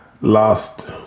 last